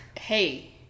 Hey